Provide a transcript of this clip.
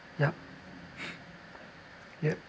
yup yup